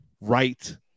right